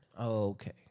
Okay